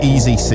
Easy